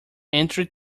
entry